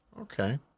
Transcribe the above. Okay